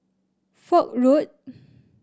Foch Road